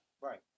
Right